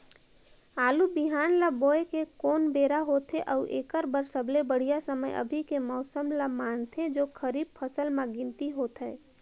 आलू बिहान ल बोये के कोन बेरा होथे अउ एकर बर सबले बढ़िया समय अभी के मौसम ल मानथें जो खरीफ फसल म गिनती होथै?